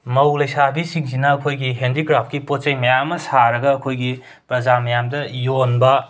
ꯃꯧ ꯂꯩꯁꯥꯕꯤꯁꯤꯡꯁꯤꯅ ꯑꯩꯈꯣꯏꯒꯤ ꯍꯦꯟꯗꯤꯀ꯭ꯔꯥꯐꯀꯤ ꯄꯣꯠ ꯆꯩ ꯃꯌꯥꯝ ꯑꯃ ꯁꯥꯔꯒ ꯑꯩꯈꯣꯏꯒꯤ ꯄ꯭ꯔꯖꯥ ꯃꯌꯥꯝꯗ ꯌꯣꯟꯕ